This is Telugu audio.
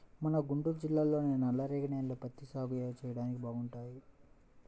మన గుంటూరు జిల్లాలోని నల్లరేగడి నేలలు పత్తి సాగు చెయ్యడానికి బాగుంటాయి